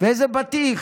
ואיזה בטיח?